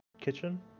Kitchen